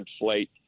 inflate